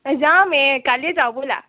যাম এই কালি যাওঁ ব'লা